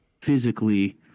physically